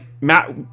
Matt